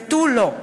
ותו לא,